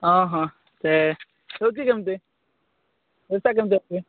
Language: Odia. ଓହ ସେ ରହୁଛି କେମତି ଓଲଟା କେମତି ଆସିବେ